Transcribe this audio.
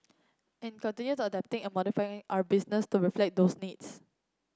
and continue adapting and modifying our business to reflect those needs